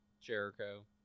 Jericho